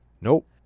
Nope